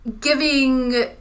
giving